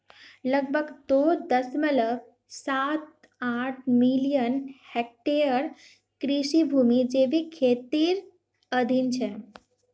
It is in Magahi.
लगभग दो दश्मलव साथ आठ मिलियन हेक्टेयर कृषि भूमि जैविक खेतीर अधीन छेक